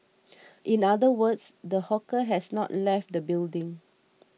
in other words the hawker has not left the building